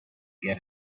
get